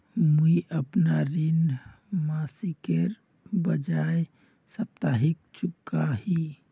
मुईअपना ऋण मासिकेर बजाय साप्ताहिक चुका ही